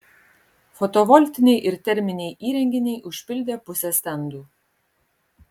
fotovoltiniai ir terminiai įrenginiai užpildė pusę stendų